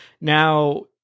now